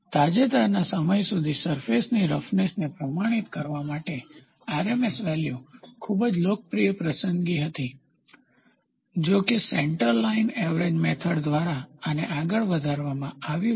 તાજેતરના સમય સુધી સરફેસની રફનેસને પ્રમાણિત કરવા માટે RMS વેલ્યુ ખૂબ જ લોકપ્રિય પસંદગી હતી જો કે સેન્ટર લાઇન એવરેજ મેથડ દ્વારા આને આગળ વધારવામાં આવ્યું છે